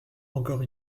encore